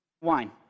wine